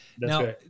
Now